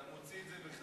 אותה מוציא את זה מהקשרו,